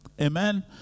Amen